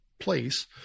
place